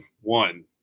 one